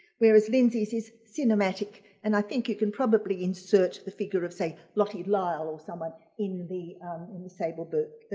whereas lindsey's is cinematic and i think you can probably insert the figure of say lottie lyle or someone in the sable book.